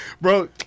bro